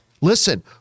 Listen